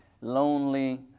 lonely